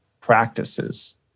practices